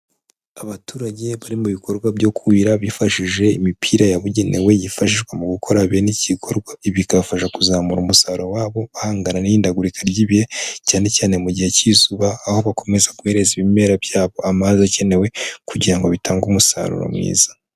Abaturage bari mu bikorwa byo kuhira bifashije imipira yabugenewe yifashishwa mu gukora bene iki gikorwa, ibi bikabafasha kuzamura umusaruro wabo bahangana n'ihindagurika ry'ibihe cyane cyane mu gihe cy'izuba, aho bakomeza kohereza ibimera byabo amazi akenewe kugira ngo bitange umusaruro mwiza.